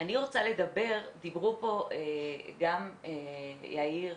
דיבר כאן יאיר,